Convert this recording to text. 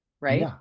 Right